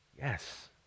Yes